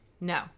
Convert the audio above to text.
no